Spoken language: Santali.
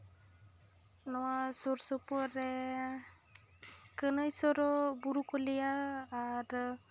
ᱱᱚᱣᱟ ᱥᱩᱨ ᱥᱩᱯᱩᱨ ᱨᱮ ᱠᱟᱹᱱᱟᱹᱭ ᱥᱚᱨ ᱵᱩᱨᱩ ᱠᱚ ᱞᱟᱹᱭᱟ ᱟᱨ